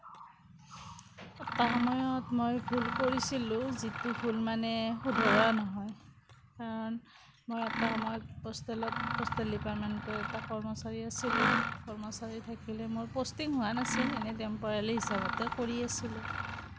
এটা সময়ত মই ভুল কৰিছিলোঁ যিটো ভুল মানে শুধৰোৱা নহয় কাৰণ মই এটা সময়ত পোষ্টেলত পোষ্টেল ডিপাৰ্টমেণ্টত কৰ্মচাৰী আছিলোঁ কৰ্মচাৰী থাকিলেও মোৰ পষ্টিং হোৱা নাছিল এনেই টেম্প'ৰেলী হিচাপতে কৰি আছিলোঁ